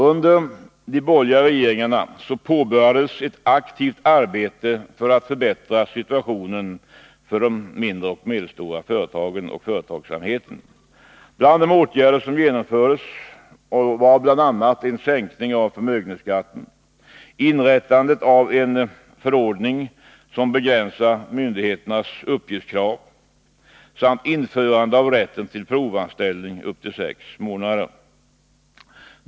Under de borgerliga regeringarna påbörjades ett aktivt arbete för att förbättra situationen för den mindre och medelstora företagsamheten. Bland de åtgärder som genomfördes var en sänkning av förmögenhetsskatten, inrättandet av en förordning som begränsar myndigheternas rätt att kräva uppgifter samt införande av rätt till provanställning upp till sex månader.